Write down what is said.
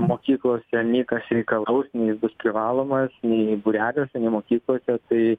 mokyklose nei kas reikalaus nei jis bus privalomas nei būreliuose nei mokyklose tai